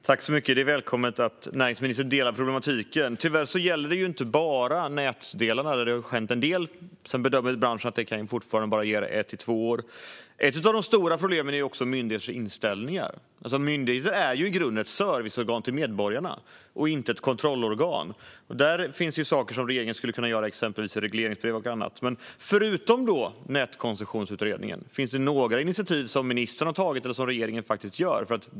Fru talman! Det är välkommet att näringsministern håller med om problematiken. Tyvärr gäller det ju inte bara nätdelarna, även om det har hänt en del. Branschen bedömer att det bara kan ge ett till två år. Ett av de stora problemen är myndigheternas inställning. En myndighet är i grunden ett serviceorgan för medborgarna och inte ett kontrollorgan. Där finns saker som regeringen skulle kunna göra, exempelvis i regleringsbrev och annat. Finns det några initiativ som ministern eller regeringen har tagit, förutom nätkoncessionsutredningen?